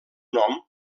nom